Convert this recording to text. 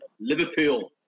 Liverpool